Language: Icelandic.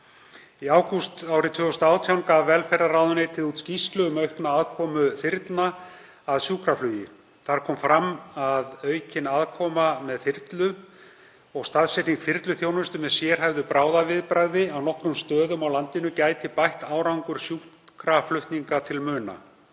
Í ágúst árið 2018 gaf velferðarráðuneytið út skýrslu um aukna aðkomu þyrlna að sjúkraflugi. Þar kom fram að aukin aðkoma með þyrlu og staðsetning þyrluþjónustu með sérhæfðu bráðaviðbragði á nokkrum stöðum á landinu gæti bætt árangur sjúkraflutninga til muna.